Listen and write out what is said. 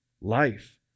life